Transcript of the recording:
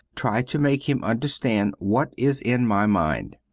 try to make him understand what is in my mind.